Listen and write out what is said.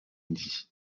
midi